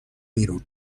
بیرون